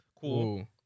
Cool